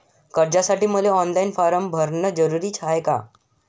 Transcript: कर्जासाठी मले online form भरन जरुरीच हाय का?